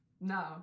no